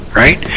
right